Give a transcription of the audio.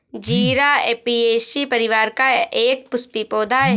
जीरा ऍपियेशी परिवार का एक पुष्पीय पौधा है